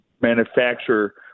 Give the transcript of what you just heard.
manufacturer